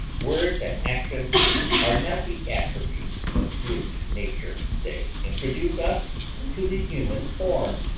words and actions are not the attributes of brute nature. they introduce us to the human form,